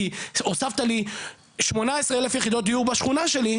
כי הוספת לי 18 אלף יחידות דיור בשכונה שלי,